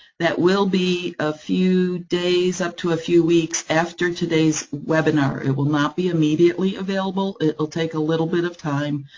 that will be ah a days, up to a few weeks, after today's webinar, it will not be immediately available, it will take a little bit of time,